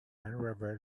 unravel